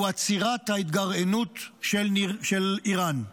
הוא עצירת ההתגרענות של איראן,